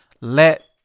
let